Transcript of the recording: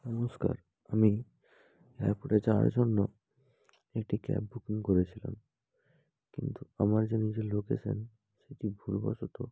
নমস্কার আমি র্যাপিডোয় যাওয়ার জন্য একটি ক্যাব বুকিং করেছিলাম কিন্তু আমার যে নিজের লোকেশান সেটি ভুলবশত